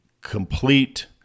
complete